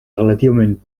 relativament